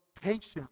patience